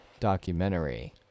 documentary